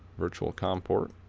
virtual comport,